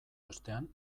ostean